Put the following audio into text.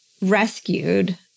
rescued